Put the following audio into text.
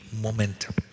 momentum